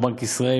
בנק ישראל,